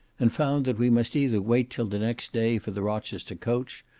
and found that we must either wait till the next day for the rochester coach,